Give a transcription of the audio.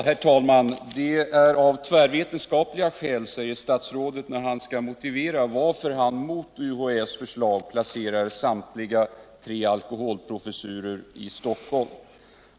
Herr talman! Det är av tvärvetenskapliga skäl, säger statsrådet, när han skall motivera varför han mot UHÄ:s förslag placerar samtliga tre alkoholprofessurer i Stockholm.